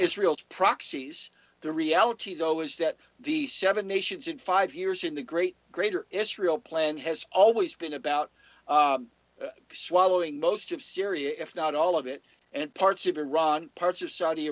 proxies the reality though is that the seven nations in five years in the great greater israel plan has always been about swallowing most of syria if not all of it and parts of iran parts of saudi